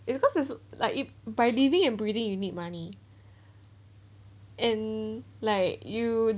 it's because it's like it by living and breathing you need money and like you